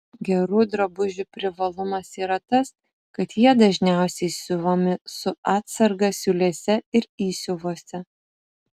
gerų drabužių privalumas yra tas kad jie dažniausiai siuvami su atsarga siūlėse ir įsiuvuose